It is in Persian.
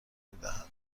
میدهد